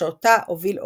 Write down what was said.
שאותה הוביל אולמרט,